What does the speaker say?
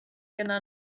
genannt